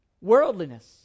Worldliness